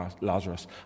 Lazarus